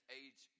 age